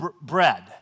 Bread